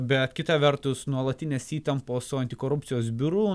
bet kita vertus nuolatinės įtampos su antikorupcijos biuru